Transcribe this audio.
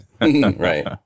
Right